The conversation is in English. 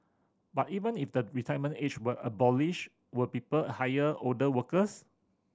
but even if the retirement age were abolished would people hire older workers